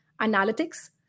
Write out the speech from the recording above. analytics